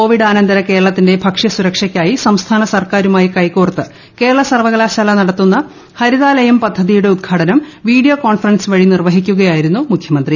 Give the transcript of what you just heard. കോവിഡാനന്തര കേരളത്തിന്റെ ഭക്ഷ്യസുരക്ഷയ്ക്കായി സംസ്ഥാന സർക്കാരുമായി കൈകോർത്ത് കേരള സർവകലാശാല നടത്തുന്ന ഹരിതാലയം പദ്ധതിയുടെ ഉദ്ഘാടനം വീഡിയോ കോൺഫറൻസ് വഴി നിർവഹിക്കുകയായിരുന്നു മുഖ്യമന്ത്രി